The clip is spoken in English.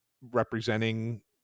representing